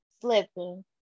slipping